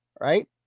right